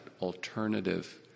alternative